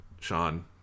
Sean